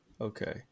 Okay